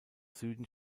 süden